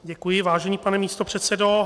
Děkuji, vážený pane místopředsedo.